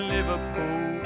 Liverpool